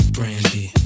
Brandy